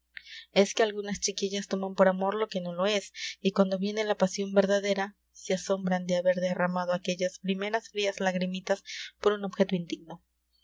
es que algunas chiquillas toman por amor lo que no lo es y cuando viene la pasión verdadera se asombran de haber derramado aquellas primeras frías lagrimitas por un objeto indigno